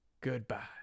Goodbye